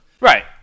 Right